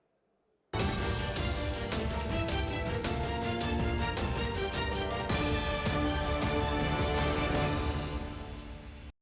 дякую.